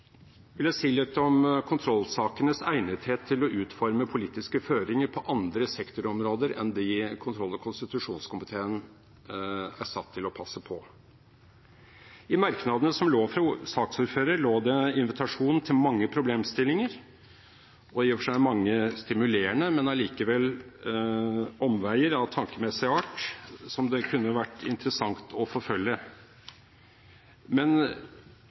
vil jeg si litt om kontrollsakenes egnethet til å utforme politiske føringer på andre sektorområder enn de kontroll- og konstitusjonskomiteen er satt til å passe på. I merknadene fra saksordføreren lå det invitasjon til mange problemstillinger og i og for seg mange stimulerende, men allikevel omveier av tankemessig art som det kunne vært interessant å forfølge. Men